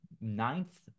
ninth